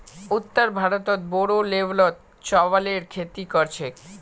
उत्तर भारतत बोरो लेवलत चावलेर खेती कर छेक